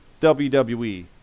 WWE